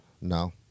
No